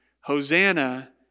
Hosanna